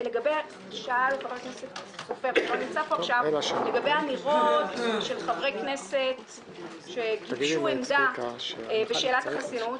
אין בה כדי לחייב את הכנסת להקים את ועדת הכנסת,